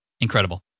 Incredible